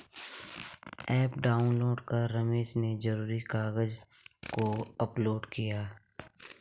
app download कर रमेश ने ज़रूरी कागज़ को अपलोड किया